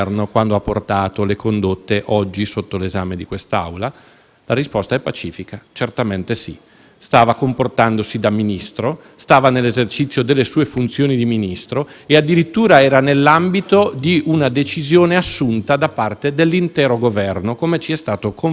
stava comportandosi da Ministro, stava nell'esercizio delle sue funzioni di Ministro e addirittura era nell'ambito di una decisione assunta da parte dell'intero Governo, come ci è stato confermato più e più volte dalle dichiarazioni del presidente Conte in questa stessa Aula,